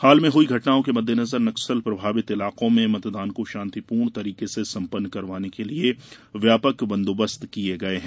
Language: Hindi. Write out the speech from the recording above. हाल में हुई घटनाओं के मद्देनजर नक्सल प्रभावित इलाके में मतदान को शान्तिपूर्ण तरीके से सम्पन्न करवाने के लिए व्यापक बन्दोबस्त किए गए है